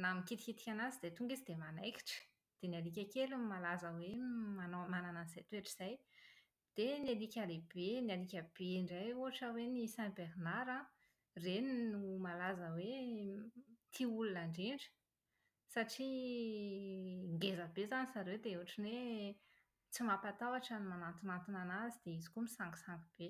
na mikitikitika anazy dia tonga izy dia manaikitra, dia ny alika kely no malaza hoe manao manana an’izay toetra izay. Dia ny alika lehibe, ny alika be indray ohatra hoe ny St Bernard an, ireny no malaza hoe tia olona indrindra satria ngeza be izany zareo dia ohatra ny hoe tsy mampatahotra ny manatonatona anazy dia izy koa misangisangy be.